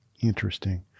Interesting